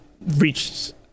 reached